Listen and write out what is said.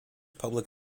public